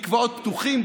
מקוואות פתוחים,